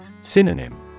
Synonym